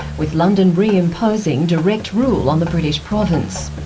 with london reimposing direct rule on the british province.